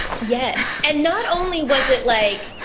yes. and not only was it like,